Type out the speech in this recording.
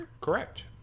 Correct